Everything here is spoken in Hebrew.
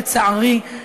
לצערי,